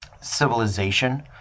civilization